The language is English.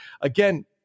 again